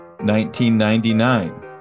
1999